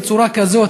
בצורה כזאת,